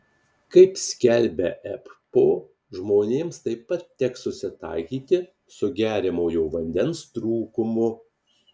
kaip skelbia ebpo žmonėms taip pat teks susitaikyti su geriamojo vandens trūkumu